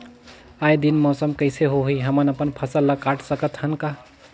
आय दिन मौसम कइसे होही, हमन अपन फसल ल काट सकत हन का?